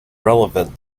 relevant